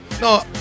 No